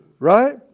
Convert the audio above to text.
Right